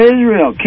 Israel